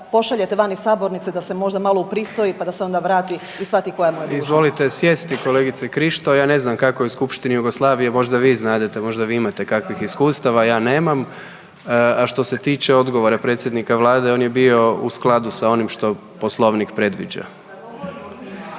pošaljete van iz sabornice da se možda malo upristoji pa da se onda vrati i shvati koja mu je dužnost. **Jandroković, Gordan (HDZ)** Izvolite sjesti kolegice Krišto, ja ne znam kakvoj Skupštini Jugoslavije, možda vi znate, možda vi imate kakvih iskustava, ja nemam. A što se tiče odgovora predsjednika Vlade on je bio u skladu s onim što Poslovnik predviđa.